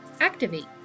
activate